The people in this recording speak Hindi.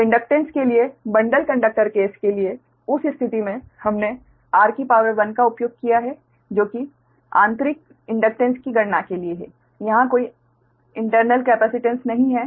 तो इंडक्टेन्स के लिए बंडल कंडक्टर केस के लिए उस स्थिति में हमने r का उपयोग किया है जो कि आंतरिक इंडक्टेन्स की गणना के लिए है यहां कोई आंतरिक कैपेसिटेंस नहीं है